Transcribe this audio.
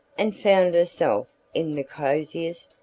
and found herself in the cosiest,